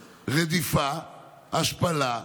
רדיפה, השפלה,